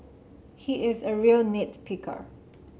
he is a real nit picker